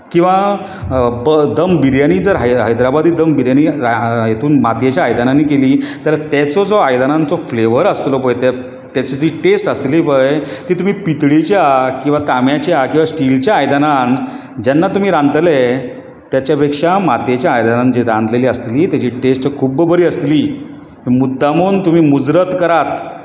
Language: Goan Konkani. किंवा दम बिरयाणी जर हैदराबादी दम बिरयाणी जर हेतून मातयेच्या आयदनांनी केली जाल्यार तेचो जो आयदनांचो फ्लेवर आसतलो तो तेजी जी टेस्ट आसतली पळय ती तुमी पितळीच्या तांब्याच्या किंवा स्टिलाच्या आयदनांत जेन्ना तुमी रांदतले ताचे पेक्षा मातयेच्या आयदनांत जी रांदलेली आसतली ताची टेस्ट खूब बरी आसतली मुद्दम म्हूण तुमी मुजरत करात